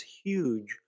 huge